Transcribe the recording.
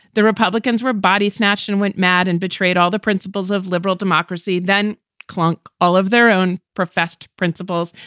the republicans were body snatched and went mad and betrayed all the principles of liberal democracy. then klunk all of their own professed principles.